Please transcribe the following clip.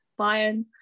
Bayern